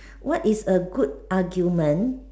what is a good argument